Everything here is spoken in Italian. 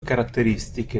caratteristiche